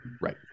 Right